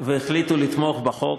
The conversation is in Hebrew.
והחליטו לתמוך בחוק.